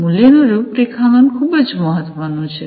મૂલ્યનું રૂપરેખાંકન ખૂબ જ મહત્વનું છે